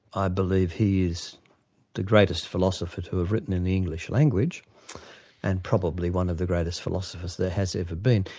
i believe he is the greatest philosopher to have written in the english language and probably one of the greatest philosophers there has ever been.